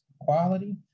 quality